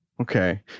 Okay